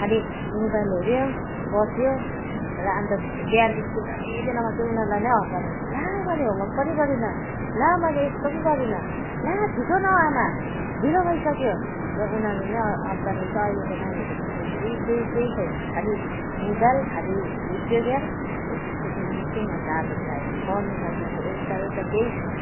खालि मोबाइल हेऱ्यो बस्यो र अन्त बिहान स्कुल जाने बेलामा चाहिँ उनीहरूलाई नै हतार हुन्छ ला मैले होमवर्क पनि गरिनँ ला मैले यस्तो पनि गरिनँ ला छिटो न आमा ढिलो भइसक्यो भन्दै उनीहरू नै अत्तालिन्छ अहिलेको नानीहरूको त्यस्तो केही केही केही छैन खालि मोबाइल खालि भिडियो ग्याम हो त्यस्तोतिर मात्रै उनीहरूको आदत लागेको छ पढ्नुमा यिनीहरूको एउटा एउटा केही छैन